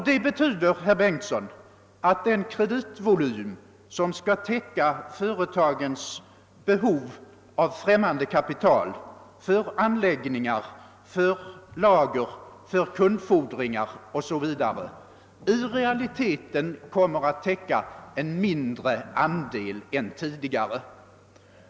Det betyder, herr Bengtsson, att den kreditvolym som skall täcka företagens behov av främmande kapital för anläggningar, för lager, för kundfordringar 0. s. v., i realiteten kommer att täcka en mindre andel än tidigare.